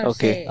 Okay